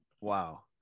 Wow